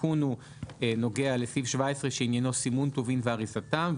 התיקון נוגע לסעיף 17 שעניינו סימון טובין ואריזתם,